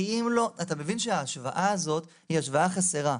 אם לא, אתה מבין שההשוואה הזאת היא השוואה חסרה.